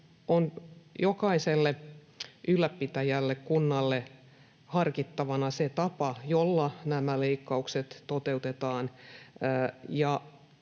on jokaisen ylläpitäjän, kunnan harkittavana se tapa, jolla nämä leikkaukset toteutetaan.